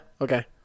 Okay